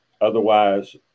Otherwise